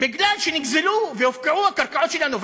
כי נגזלו והופקעו הקרקעות שלנו.